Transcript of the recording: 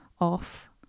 off